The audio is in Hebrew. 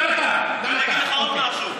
מדרג של אזרחות.